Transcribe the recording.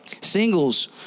Singles